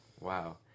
Wow